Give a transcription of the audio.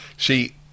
See